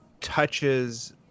touches –